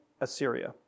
Assyria